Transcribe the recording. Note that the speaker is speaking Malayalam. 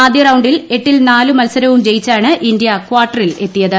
ആദ്യ റൌണ്ടിൽ എട്ടിൽ നാലു മത്സരവും ജയിച്ചാണ് കേരളംകാർട്ടറിൽ എത്തിയത്